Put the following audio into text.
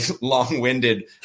long-winded